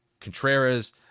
Contreras